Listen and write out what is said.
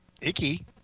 icky